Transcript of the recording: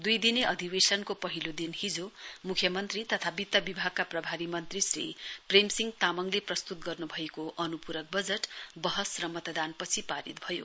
दुई दिने अधिवेशनको पहिलो दिन हिजो मुख्य मन्त्री तथा वित्त विभागका प्रभारी मन्त्री श्री प्रेमसिंह तामङले प्रस्तुत गर्नुभएको अनुपूरक वजट बहस र मतदानपछि पारित भयो